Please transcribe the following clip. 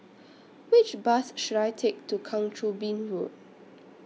Which Bus should I Take to Kang Choo Bin Road